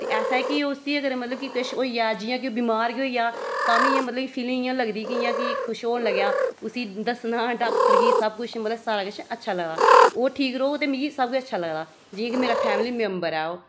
ते ऐसा ऐ कि उसी अगर मतलब कि किश होई जा जि'यां कि ओह् बीमार गै होई जा तां बी इ'यां मतलब फीलिंग इ'यां लगदी इ'यां कि किश होन लग्गेआ उसी दस्सना डाक्टर गी सब किश मतलब सारा किश अच्छा लगदा ओह् ठीक रौह्ग ते मिगी सब किश अच्छा लगदा जि'यां कि मेरा फैमिली मेम्बर ऐ ओह्